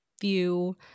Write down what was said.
view